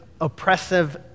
oppressive